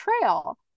Trail